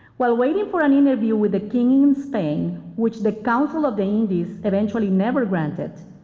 while waiting for an interview with the king in spain, which the council of the indies eventually never granted,